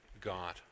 God